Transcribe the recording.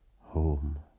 home